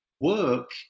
work